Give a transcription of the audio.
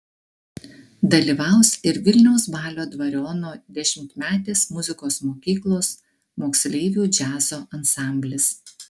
dalyvaus ir vilniaus balio dvariono dešimtmetės muzikos mokyklos moksleivių džiazo ansamblis